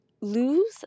lose